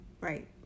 right